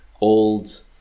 old